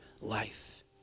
life